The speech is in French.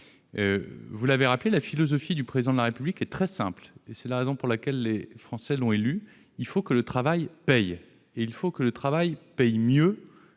Vous l'avez rappelé, la philosophie du Président de la République est très simple- c'est la raison pour laquelle les Français l'ont élu : il faut que le travail paye et il faut qu'il paye mieux